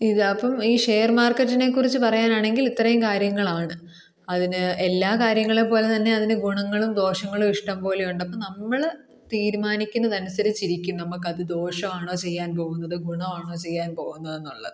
ഇത് അപ്പം ഈ ഷെയർ മാർക്കറ്റിനെക്കുറിച്ച് പറയാനാണെങ്കിൽ ഇത്രയും കാര്യങ്ങളാണ് അതിന് എല്ലാ കാര്യങ്ങളെയും പോലെത്തന്നെ അതിന് ഗുണങ്ങളും ദോഷങ്ങളും ഇഷ്ടംപോലെ ഉണ്ട് അപ്പം നമ്മൾ തീരുമാനിക്കുന്നത് അനുസരിച്ച് ഇരിക്കും നമുക്കത് ദോഷമാണോ ചെയ്യാൻ പോകുന്നത് ഗുണമാണോ ചെയ്യാൻ പോകുന്നത് എന്നുള്ളത്